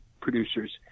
producers